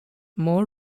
more